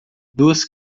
duas